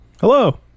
Hello